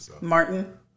Martin